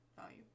value